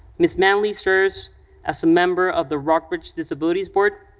ms. manley serves as a member of the rockbridge disabilities board,